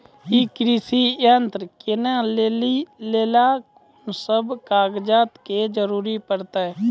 ई कृषि यंत्र किनै लेली लेल कून सब कागजात के जरूरी परतै?